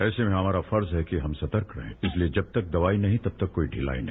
ऐसे में हमारा फर्ज है कि हम सतर्क रहे इसलिए जब तक कोई दवाई नहीं तब तक ढिलाई नहीं